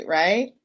right